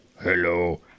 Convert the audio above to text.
hello